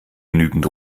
genügend